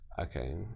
Okay